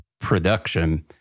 production